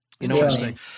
Interesting